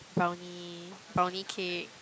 brownie brownie cake